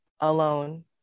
alone